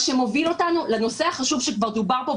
מה שמוביל אותנו לנושא החשוב שכבר דובר פה,